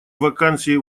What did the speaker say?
вакансий